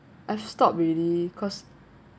I've stopped already cause